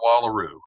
Wallaroo